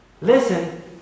Listen